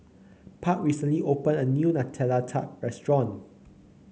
Park recently opened a new Nutella Tart restaurant